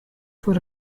for